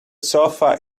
sofa